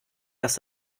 dass